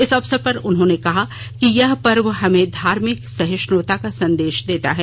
इस अवसर पर उन्होंने कहा कि यह पर्व हमें धार्मिक सहिष्णुता का संदेश देता है